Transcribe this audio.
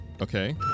Okay